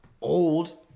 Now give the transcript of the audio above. old